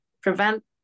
prevent